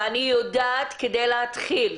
ואני יודעת כדי להתחיל